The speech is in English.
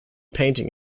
painting